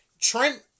Trent